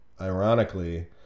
ironically